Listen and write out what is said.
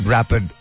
Rapid